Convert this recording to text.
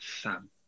Sam